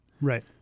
Right